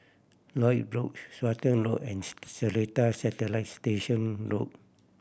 Lloyd Road Stratton Road and Seletar Satellite Station Road